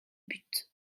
buts